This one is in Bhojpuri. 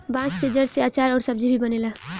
बांस के जड़ से आचार अउर सब्जी भी बनेला